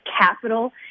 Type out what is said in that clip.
capital